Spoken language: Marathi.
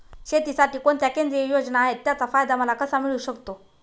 शेतीसाठी कोणत्या केंद्रिय योजना आहेत, त्याचा फायदा मला कसा मिळू शकतो?